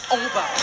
over